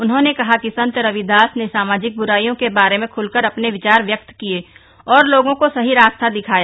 उन्होंने कहा कि संत रविदास ने सामाजिक ब्राइयों के बारे में ख्लकर अपने विचार व्यक्त किये और लोगों को सही रास्ता दिखाया